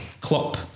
Klopp